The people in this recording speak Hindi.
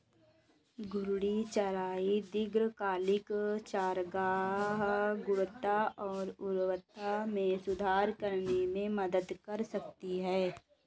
घूर्णी चराई दीर्घकालिक चारागाह गुणवत्ता और उर्वरता में सुधार करने में मदद कर सकती है